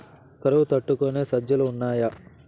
కరువు తట్టుకునే సజ్జలు ఉన్నాయా